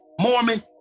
Mormon